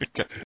Okay